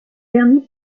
vernis